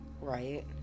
Right